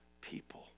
people